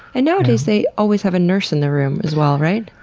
i notice they always have a nurse in the room as well, right?